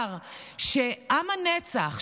מוזר שעם הנצח,